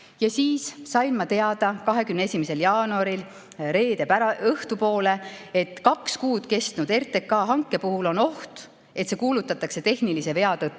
Ja siis sain ma 21. jaanuaril, reede õhtupoole teada, et kaks kuud kestnud RTK hanke puhul on oht, et see kuulutatakse tehnilise vea tõttu